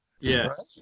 Yes